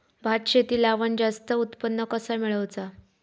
भात शेती लावण जास्त उत्पन्न कसा मेळवचा?